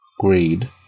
greed